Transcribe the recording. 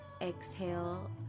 exhale